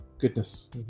Goodness